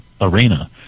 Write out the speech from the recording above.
arena